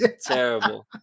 Terrible